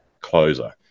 closer